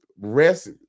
rest